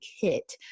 kit